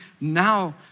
now